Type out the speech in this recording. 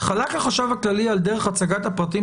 "חלק החשב הכללי על דרך הצגת הפרטים